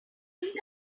think